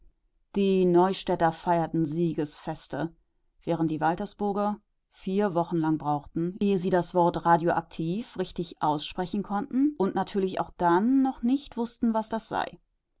die neustädter feierten siegesfeste während die waltersburger vier wochen lang brauchten ehe sie das wort radioaktiv richtig aussprechen konnten und natürlich auch dann noch nicht wußten was das sei